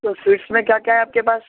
تو سویٹس میں کیا کیا ہے آپ کے پاس